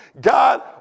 God